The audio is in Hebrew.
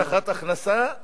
נכון.